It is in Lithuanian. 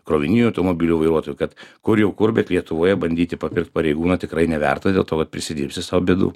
krovininių automobilių vairuotojų kad kur jau kur bet lietuvoje bandyti papirkt pareigūną tikrai neverta dėl to kad prisidirbsi sau bėdų